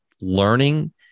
learning